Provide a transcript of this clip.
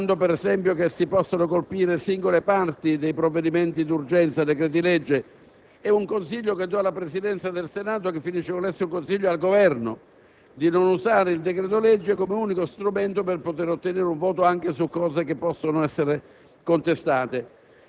un'utilizzazione di strumenti parlamentari diversi rispetto al non passaggio all'esame degli articoli, pensando, per esempio, che si possano colpire singole parti dei provvedimenti di urgenza, dei decreti-legge? È questo un consiglio che do alla Presidenza del Senato, ma che finisce per essere un consiglio al Governo